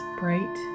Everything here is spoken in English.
bright